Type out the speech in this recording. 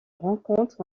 rencontre